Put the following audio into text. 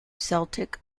celtic